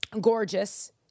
Gorgeous